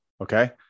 Okay